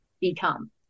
become